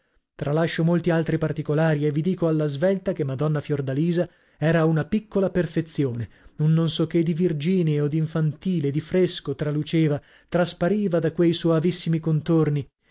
tralascio molti altri particolari e vi dico alla svelta che madonna fiordalisa era una piccola perfezione un non so che di virgineo d'infantile di fresco traluceva traspariva da quei soavissimi contorni